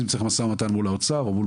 אם נצטרך משא ומתן מול האוצר או מול